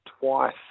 twice